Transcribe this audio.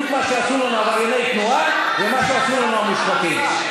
וזה בדיוק מה שעשו לנו עברייני תנועה ומה שעשו לנו המושחתים.